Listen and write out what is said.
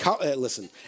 listen